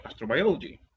astrobiology